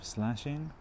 Slashing